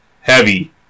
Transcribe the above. heavy